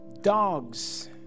Dogs